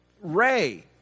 Ray